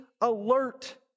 alert